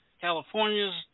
California's